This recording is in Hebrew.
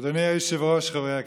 אדוני היושב-ראש, חברי הכנסת,